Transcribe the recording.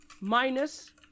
minus